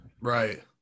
right